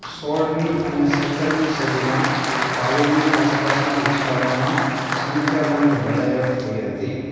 સોળમી અને સત્તરમી સદીમાં પાલીની આસપાસના વિસ્તારોમાં સંખ્યાબંધ લડાઈઓ થઈ હતી